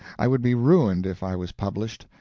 i would be ruined if i was published,